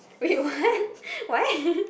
wait what what